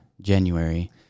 January